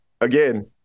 again